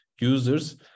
users